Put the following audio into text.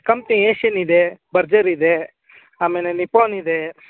company Asian ಇದೆ Berger ಇದೆ ಆಮೇಲೆ ನಿಪ್ಪೋನ್ ಇದೆ